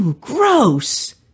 gross